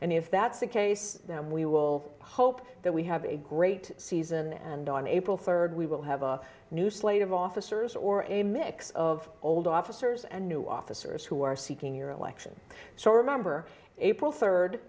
and if that's the case then we will hope that we have a great season and on april rd we will have a new slate of officers or a mix of old officers and new officers who are seeking your election so remember april